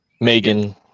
Megan